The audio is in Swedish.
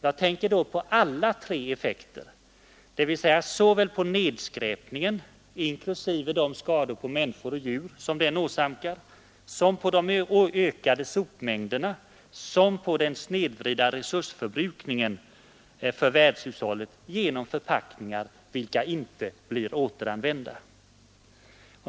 Jag tänker då på samtliga tre effekter, dvs. på nedskräpningen — inklusive de skador på människor och djur som den åsamkar — på de ökade sopmängderna och på den snedvridna resursförbrukningen för världshushållet genom förpackningar, vilka inte blir återanvända.